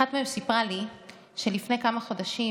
אחת מהן סיפרה לי שלפני כמה חודשים,